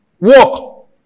Walk